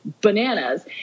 bananas